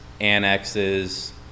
annexes